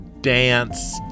dance